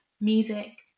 music